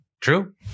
True